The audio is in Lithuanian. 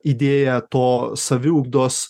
idėja to saviugdos